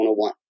101